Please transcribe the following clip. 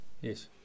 Yes